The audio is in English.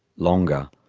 longer.